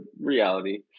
reality